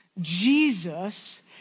Jesus